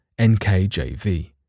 NKJV